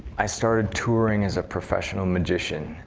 i started touring as a professional magician.